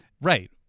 right